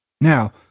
Now